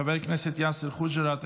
חבר הכנסת יאסר חוג'יראת,